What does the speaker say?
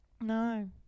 No